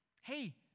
Hey